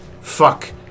fuck